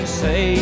say